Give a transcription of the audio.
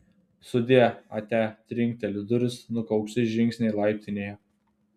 sudie atia trinkteli durys nukaukši žingsniai laiptinėje